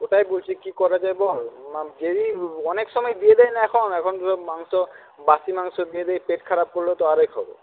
ওটাই বলছি কী করে দেবে অনেক সময় দিয়ে দেয় না এখন এখন মাংস বাকি মাংস দিয়ে দিয়ে পেট খারাপ করলেও তো আরেক হবে